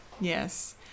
yes